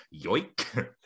yoink